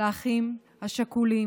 לאחים השכולים.